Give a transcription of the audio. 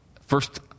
First